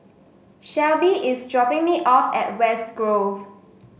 Shelbi is dropping me off at West Grove